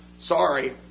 Sorry